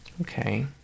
Okay